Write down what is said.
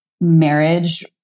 marriage